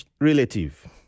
relative